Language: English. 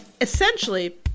essentially